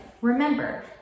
Remember